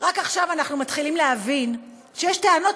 עכשיו אנחנו מתחילים להבין שיש טענות